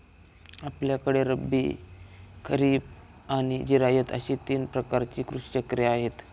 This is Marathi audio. आपल्याकडे रब्बी, खरीब आणि जिरायत अशी तीन प्रकारची कृषी चक्रे आहेत